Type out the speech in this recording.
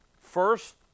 First